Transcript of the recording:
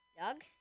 Doug